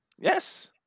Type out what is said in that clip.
Yes